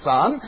Son